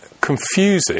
confusing